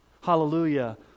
Hallelujah